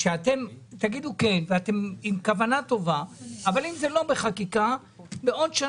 אתם תאמרו כן עם כוונה טובה אבל אם זה לא בחקיקה,